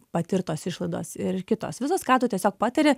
patirtos išlaidos ir kitos visos ką tu tiesiog patiri